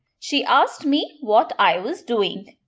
she asked me what i was doing.